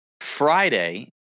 friday